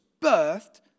birthed